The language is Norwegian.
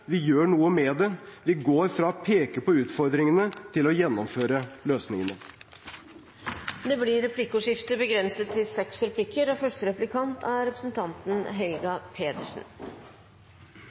vi gjør noe med det. Vi går fra å peke på utfordringene til å gjennomføre løsningene. Det blir replikkordskifte. I innstillingen går regjeringspartiene, Kristelig Folkeparti og